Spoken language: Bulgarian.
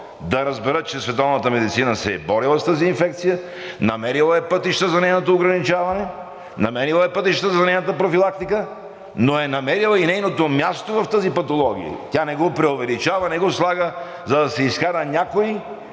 да разберат, че световната медицина се е борила с тази инфекция, намерила е пътища за нейното ограничаване, намерила е пътища за нейната профилактика, но е намерила и нейното място в тези патологии. Тя не го преувеличава, не го слага, за да се изкара някой